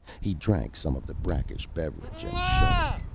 he drank some of the brackish beverage and shuddered.